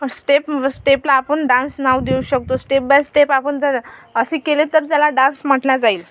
step स्टेपला आपण dance नाव देऊ शकतो स्टेप बाय स्टेप आपण जर असे केले तर त्याला डान्स म्हटल्या जाईल